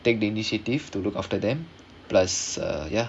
take the initiative to look after them plus uh ya